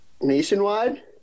Nationwide